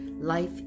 Life